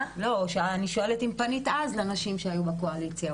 פנית לאנשים שהיו אז בקואליציה?